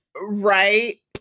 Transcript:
right